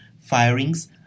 firings